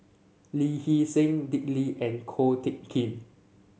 Lee Hee Seng Dick Lee and Ko Teck Kin